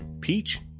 Peach